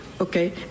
Okay